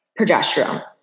progesterone